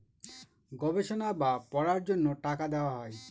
গবেষণা বা পড়ার জন্য টাকা দেওয়া হয়